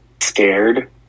scared